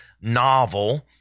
novel